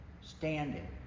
standing